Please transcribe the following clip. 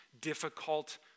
difficult